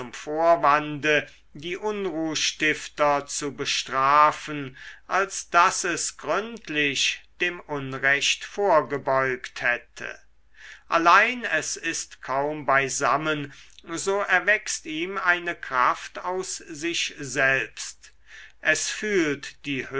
vorwande die unruhstifter zu bestrafen als daß es gründlich dem unrecht vorgebeugt hätte allein es ist kaum beisammen so erwächst ihm eine kraft aus sich selbst es fühlt die